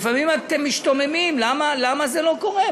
לפעמים אתם משתוממים למה זה לא קורה,